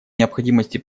необходимости